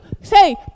say